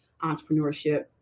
entrepreneurship